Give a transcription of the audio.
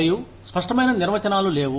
మరియు స్పష్టమైన నిర్వచనాలు లేవు